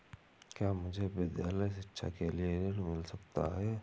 क्या मुझे विद्यालय शिक्षा के लिए ऋण मिल सकता है?